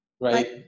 right